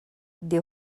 des